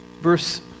Verse